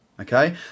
Okay